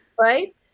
Right